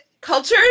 cultures